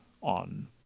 on